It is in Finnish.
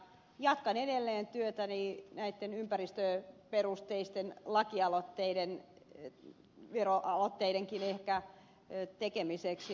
jatkan edelleen työtäni näitten ympäristöperusteisten lakialoitteiden veroaloitteidenkin ehkä tekemiseksi